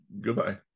goodbye